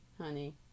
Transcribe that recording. honey